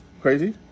crazy